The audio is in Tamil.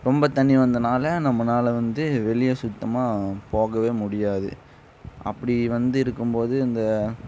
ரொம்ப தண்ணி வந்ததனால் நம்மனால் வந்து வெளியே சுத்தமாக போகவே முடியாது அப்படி வந்து இருக்கும் போது இந்த